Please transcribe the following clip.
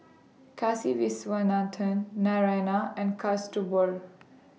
Kasiviswanathan Naraina and Kasturba